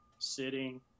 sitting